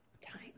time